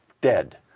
dead